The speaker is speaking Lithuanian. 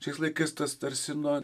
šiais laikais tas tarsi na